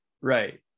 Right